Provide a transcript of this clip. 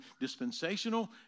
dispensational